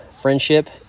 friendship